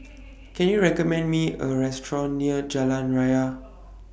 Can YOU recommend Me A Restaurant near Jalan Raya